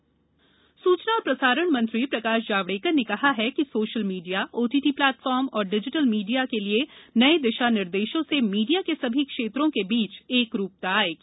जावडेकर दिशा निर्देश सूचना और प्रसारण मंत्री प्रकाश जावडेकर ने कहा ह कि social media O T T platform और डिजिटल मीडिया के लिए नये दिशा निर्देशों से मीडिया के सभी क्षेत्रों के बीच एकरू ता आएगी